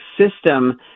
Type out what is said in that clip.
system